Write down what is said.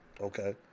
Okay